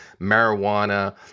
marijuana